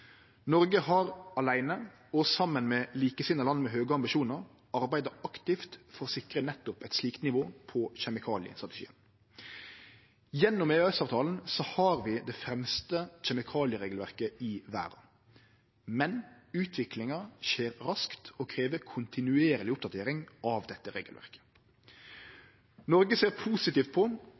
Noreg har åleine og saman med likesinna land med høge ambisjonar arbeidd aktivt for å sikre nettopp eit slikt nivå på kjemikaliestrategien. Gjennom EØS-avtalen har vi det fremste kjemikalieregelverket i verda, men utviklinga skjer raskt og krev kontinuerleg oppdatering av dette regelverket. Noreg ser positivt på